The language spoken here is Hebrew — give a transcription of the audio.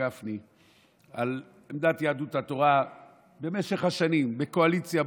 גפני על עמדת יהדות התורה במשך השנים בקואליציה,